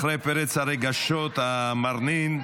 אחרי פרץ הרגשות המרנין,